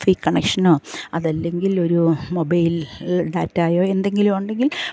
കണക്ഷനോ അതല്ലങ്കിലൊരു മൊബൈൽ ഡാറ്റായോ എന്തെങ്കിലുമുണ്ടെങ്കിൽ